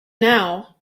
now